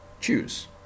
choose